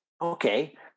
okay